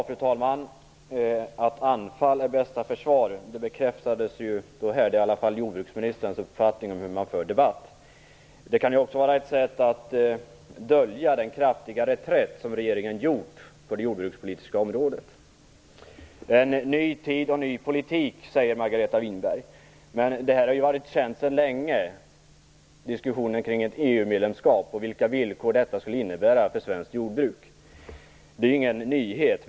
Fru talman! Att anfall är bästa försvar bekräftades här. Det är i alla fall jordbruksministerns uppfattning om hur man för debatt. Det kan också vara ett sätt att dölja den kraftiga reträtt som regeringen har gjort på det jordbrukspolitiska området. Det är en ny tid och en ny politik, säger Margareta Winberg. Men diskussionen om ett EU-medlemskap och vilka villkor detta skulle innebära för svenskt jordbruk har pågått länge, så det är ingen nyhet.